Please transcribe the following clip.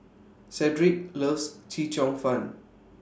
Cedrick loves Chee Cheong Fun